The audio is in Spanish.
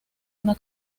una